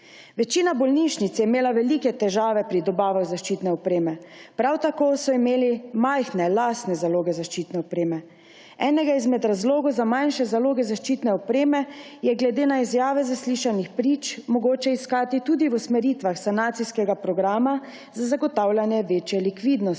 Večina bolnišnic je imela velike težave pri dobavah zaščitne opreme. Prav tako so imeli majhne lastne zaloge zaščitne opreme. Enega izmed razlogov za manjše zaloge zaščitne opreme je glede na izjave zaslišanih prič mogoče iskati tudi v usmeritvah sanacijskega programa za zagotavljanje večje likvidnosti,